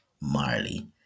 Marley